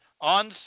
On